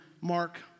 Mark